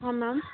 ହଁ ମ୍ୟାମ୍